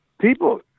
People